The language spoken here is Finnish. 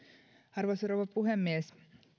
arvoisa rouva puhemies